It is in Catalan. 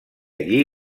allí